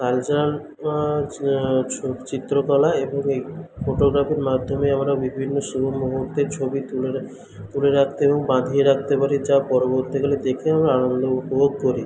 culture চিত্রকলা এবং এই ফটোগ্রাফির মাধ্যমে আমরা বিভিন্ন শুভ মুহূর্তের ছবি তুলে তুলে রাখতে এবং বাঁধিয়ে রাখতে পারি যা পরবর্তীকালে দেখে আমরা আনন্দ উপভোগ করি